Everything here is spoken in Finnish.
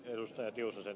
kannatan ed